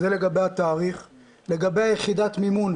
לגבי יחידת המימון,